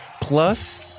plus